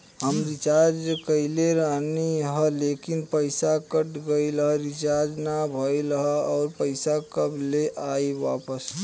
हम रीचार्ज कईले रहनी ह लेकिन पईसा कट गएल ह रीचार्ज ना भइल ह और पईसा कब ले आईवापस?